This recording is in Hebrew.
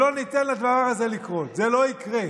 ולא ניתן לדבר הזה לקרות, זה לא יקרה.